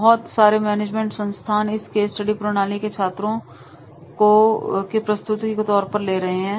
बहुत सारे मैनेजमेंट स्संस्थान इस केस स्टडी प्रणाली को छात्रों के प्रस्तुति के तौर पर ले रहे हैं